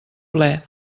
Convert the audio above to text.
ple